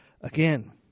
again